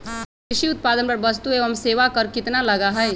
कृषि उत्पादन पर वस्तु एवं सेवा कर कितना लगा हई?